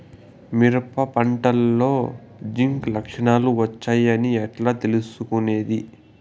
మిరప పంటలో జింక్ లక్షణాలు వచ్చాయి అని ఎట్లా తెలుసుకొనేది?